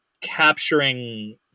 capturing